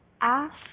ask